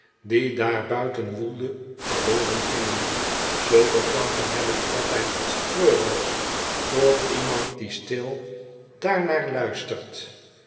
die daar buiten woelde verloren gingen zulke klanken hebben altijd iets treurigs voor iemand die stil daarnaar luistertj